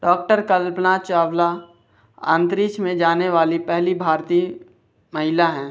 doctor Kalpana Chawla अंतरिक्ष में जाने वाली पहली भारतीय महिला हैं